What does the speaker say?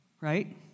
Right